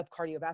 cardiovascular